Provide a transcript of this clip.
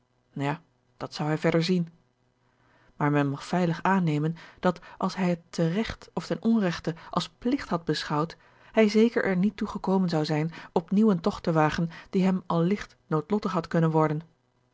ja dat zou hij verder zien maar men mag veilig aannemen dat als hij het te regt of ten onregte als pligt had beschouwd hij zeker er niet toe gekomen zou zijn op nieuw een togt te wagen die hem al ligt noodlottig had kunnen worden